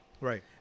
Right